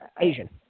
Asian